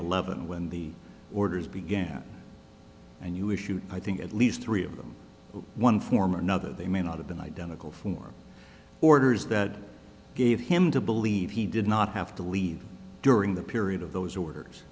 eleven when the orders began and you issued i think at least three of them one form or another they may not have been identical for orders that gave him to believe he did not have to leave during the period of those orders